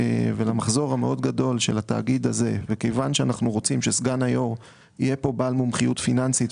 עד שנת 2020. מדובר על הסמכות להתקין הוראות לגבי הגבלת הפרסומים,